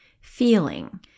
feeling